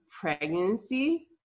pregnancy